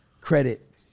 credit